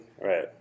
Right